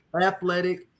athletic